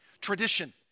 Tradition